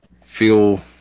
feel